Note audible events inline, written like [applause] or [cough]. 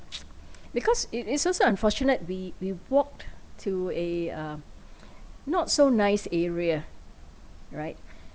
[noise] because it is so so unfortunate we we walked to a uh not so nice area right